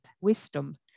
wisdom